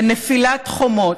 בנפילת חומות,